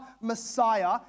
Messiah